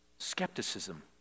skepticism